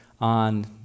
on